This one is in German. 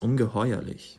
ungeheuerlich